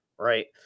right